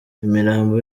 imirambo